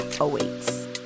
awaits